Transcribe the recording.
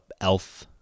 elf